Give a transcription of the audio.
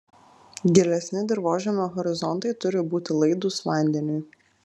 gilesni dirvožemio horizontai turi būti laidūs vandeniui